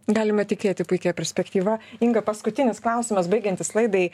galima tikėti puikia perspektyva inga paskutinis klausimas baigiantis laidai